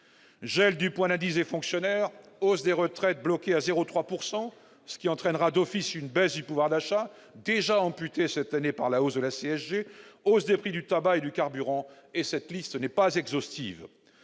Gel du point d'indice des fonctionnaires, hausse des retraites bloquée à 0,3 %, qui entraînera d'office une baisse du pouvoir d'achat, déjà amputé cette année par la hausse de la CSG, et hausse des prix du tabac et du carburant- cette liste n'est pas exhaustive.